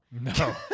No